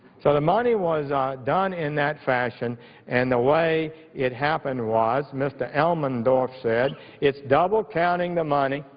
so the money was done in that fashion and the way it happened was mr. elmendorf said it's double counting the money,